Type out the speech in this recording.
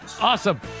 Awesome